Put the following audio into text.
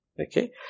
Okay